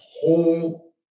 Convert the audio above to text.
whole